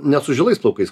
ne su žilais plaukais